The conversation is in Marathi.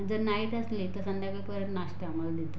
जर नाईट असली तर संध्याकाळी परत नाश्ता आम्हाला देतात